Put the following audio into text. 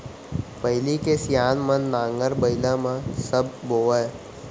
पहिली के सियान मन नांगर बइला म सब बोवयँ